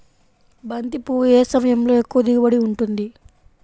బంతి పువ్వు ఏ సమయంలో ఎక్కువ దిగుబడి ఉంటుంది?